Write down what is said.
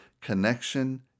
connection